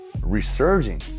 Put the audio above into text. resurging